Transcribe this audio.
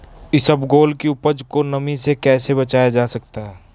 इसबगोल की उपज को नमी से कैसे बचाया जा सकता है?